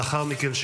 לאחר מכן,